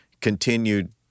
continued